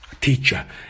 teacher